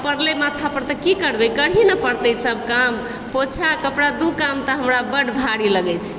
आ पड़लै माथा पर तऽ की करबै करहे ने पड़तै ई सभ काम पोछा कपड़ा दू टा काम तऽ हमरा बड्ड भारी लगैत छै